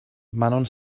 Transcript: manon